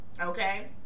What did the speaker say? okay